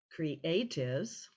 creatives